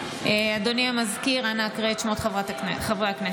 אדוני המזכיר, נא הקרא את שמות חברי הכנסת.